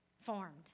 formed